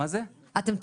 שיש איתם בעיות גם ככה?